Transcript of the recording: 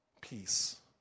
Peace